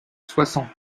soixante